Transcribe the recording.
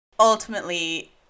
Ultimately